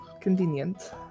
convenient